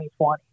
2020